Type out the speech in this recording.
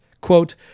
Quote